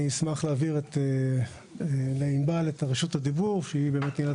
אני אשמח להעביר לענבל את רשות הדיבור; היא מכירה